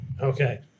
Okay